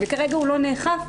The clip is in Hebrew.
וכרגע הוא לא נאכף,